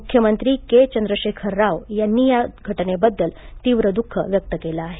मुख्यमंत्री के चंद्रशेखर राव यांनी या घटनेबाबत तीव्र दुःख व्यक्त केले आहे